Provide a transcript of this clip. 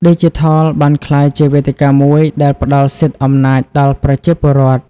ឌីជីថលបានក្លាយជាវេទិកាមួយដែលផ្ដល់សិទ្ធិអំណាចដល់ប្រជាពលរដ្ឋ។